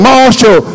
Marshall